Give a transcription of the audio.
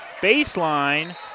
baseline